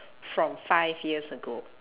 from five years ago